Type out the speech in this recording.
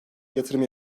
yatırım